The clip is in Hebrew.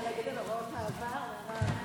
את יכולה להגיד על הוראות המעבר, מירב?